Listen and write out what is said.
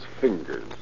fingers